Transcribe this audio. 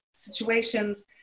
situations